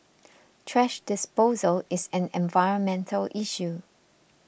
thrash disposal is an environmental issue